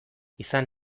izan